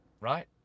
right